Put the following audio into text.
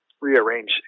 rearrange